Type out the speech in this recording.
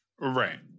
right